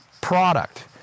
product